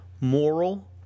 moral